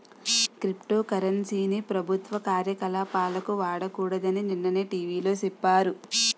crypto currency ని ప్రభుత్వ కార్యకలాపాలకు వాడకూడదని నిన్ననే టీ.వి లో సెప్పారు